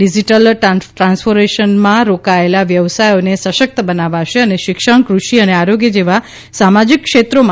digital ટ્રાન્સફોર્મેશનમાં રોકાયેલા વ્યવસાયોને સશક્ત બનાવશે અને શિક્ષણ કૃષિ અને આરોગ્ય જેવા સામાજિક ક્ષેત્રોમાં